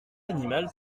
animales